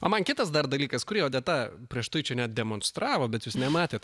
o man kitas dar dalykas kurį odeta prieš tai čia net demonstravo bet jūs nematėt